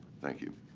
thank you.